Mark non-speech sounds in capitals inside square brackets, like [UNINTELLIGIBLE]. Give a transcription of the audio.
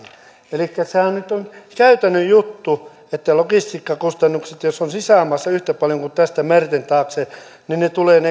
elikkä sehän nyt on käytännön juttu että jos logistiikkakustannukset ovat sisämaassa yhtä paljon kuin tästä merten taakse niin ne investoinnit tulevat [UNINTELLIGIBLE]